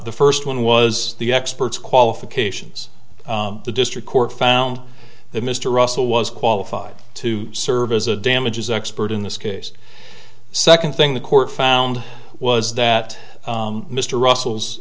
the first one was the experts qualifications the district court found that mr russell was qualified to serve as a damages expert in this case second thing the court found was that mr russell's